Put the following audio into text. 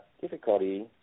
difficulty